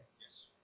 Yes